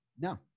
No